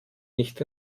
nicht